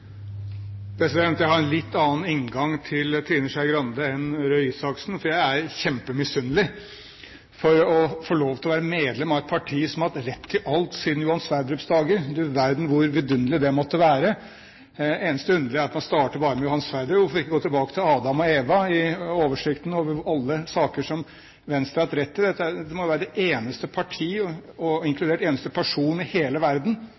Trine Skei Grande sa, enn Torbjørn Røe Isaksen, for jeg er kjempemisunnelig på henne for at hun får lov til å være medlem av et parti som har hatt rett i alt siden Johan Sverdrups dager – du verden hvor vidunderlig det måtte være! Det eneste underlige er at man bare starter med Johan Sverdrup – hvorfor ikke gå tilbake til Adam og Eva i oversikten over alle saker som Venstre har hatt rett i. Det må jo være det eneste partiet – og den eneste personen – i hele verden,